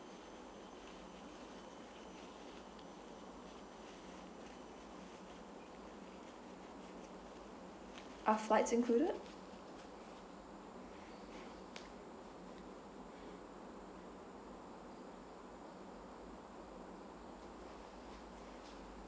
are flights included